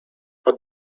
but